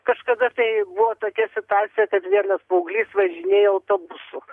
kažkada tai buvo tokia situacija kad vienas paauglys važinėjo autobusu